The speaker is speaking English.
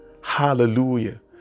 hallelujah